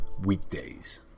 weekdays